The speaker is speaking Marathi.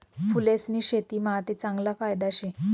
फूलेस्नी शेतीमा आते चांगला फायदा शे